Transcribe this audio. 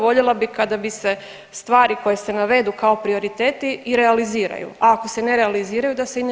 Voljela bi kada bi se stvari koje se navedu kao prioriteti i realiziraju, a ako se ne realiziraju da se i ne navode.